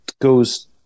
goes